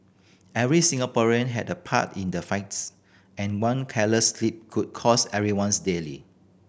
every Singaporean had a part in the fights and one careless slip could cost everyone's dearly